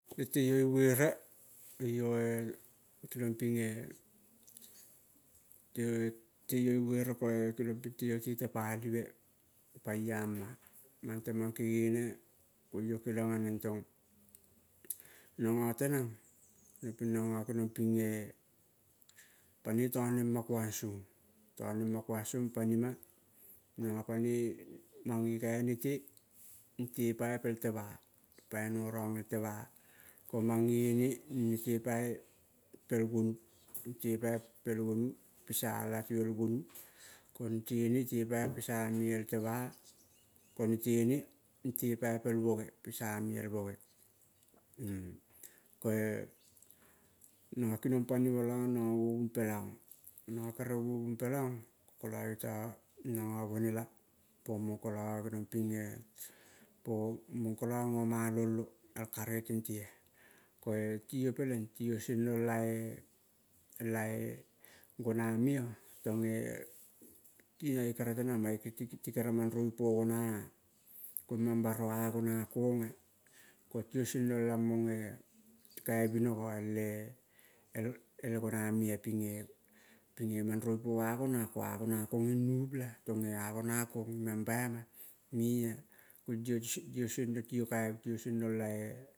Yo teiyo ibuere yo-e kelong ping eh te iyo ibuere ko kelong ping teio te tepalive. Pa iama mang temang kegene. Koing yo kelong aneng tong. Nango tenang peleng ping nango kenong ping eh. Panoi touema kuausong, tone ma kuasong panima nango panoi mange kainete nete pai pel temah. Pai norong el temah ko mange ne, nete pai pel gonu nete pai pel gonu piga latu el gonu. Ko netene tepai pisa me el temah, konetene nete pai pel boge. Pisa meal boge, ko-e nango kinong panimah lo mango gobung pela ong. Nango kere gobung pelaong, kola yoto. Nango bonela pomong kolo kenong ping eh. Pomong kolo go malolo el karege tente ah. Ko-e tiyo peleng ti yo sengrong la-e, la-e, gona meo tong eh tie tikere mangrovi po gona ah, ko mang baro a gona kong ah, koti yo sengrong lamong eh. Kaivinogo el-eelgona me-a ping eh, ping eh maurovi po-a gona ko-a gona kong ing newpla tong e agona kong i mang bai mah me-a tiyo seng rong la-e